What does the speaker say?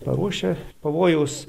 paruošę pavojaus